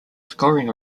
scoring